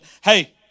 hey